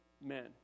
men